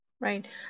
Right